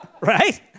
Right